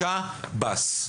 שב"ס,